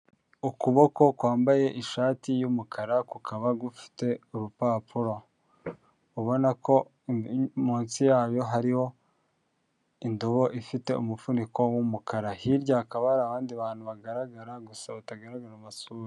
Ukuboko kwambaye ishati y'umukara kukaba gufite urupapuro, ubona ko munsi yayo hariho indobo ifite umuvuniko w'umukara hirya hakaba hari abandi bantu bagaragara gusa batagaragara mu masura.